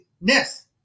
Ness